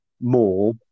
more